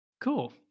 Cool